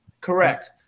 Correct